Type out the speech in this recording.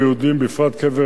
בפרט קבר אלעזר,